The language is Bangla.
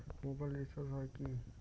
মোবাইল রিচার্জ হয় কি?